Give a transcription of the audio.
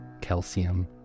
calcium